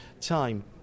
time